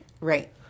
Right